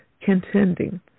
contending